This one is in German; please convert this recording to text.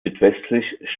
südwestlich